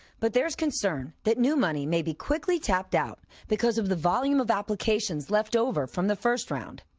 but there is concern that new money may be quickly tapped out because of the volume of applications left over from the first round.